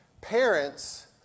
Parents